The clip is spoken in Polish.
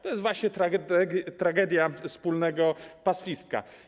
To jest właśnie tragedia wspólnego pastwiska.